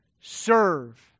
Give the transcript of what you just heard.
serve